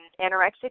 anorexic